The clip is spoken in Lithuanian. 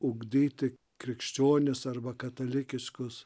ugdyti krikščionis arba katalikiškus